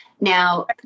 Now